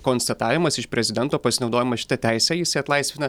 konstatavimas iš prezidento pasinaudojamas šita teise jis atlaisvina